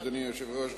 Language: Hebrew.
אדוני היושב-ראש,